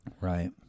Right